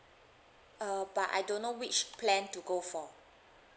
uh but I don't know which plan to go for